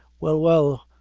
well, well,